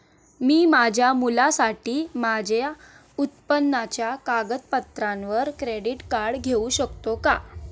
मी माझ्या मुलासाठी माझ्या उत्पन्नाच्या कागदपत्रांवर क्रेडिट कार्ड घेऊ शकतो का?